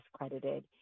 discredited